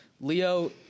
Leo